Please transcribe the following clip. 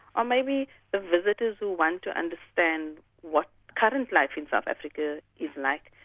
or maybe the visitors who want to understand what current life in south africa is like,